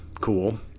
cool